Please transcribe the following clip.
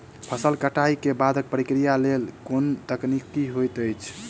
फसल कटाई केँ बादक प्रक्रिया लेल केँ कुन तकनीकी होइत अछि?